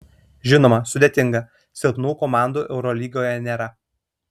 žinoma sudėtinga silpnų komandų eurolygoje nėra